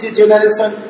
generation